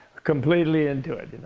completely into it.